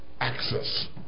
access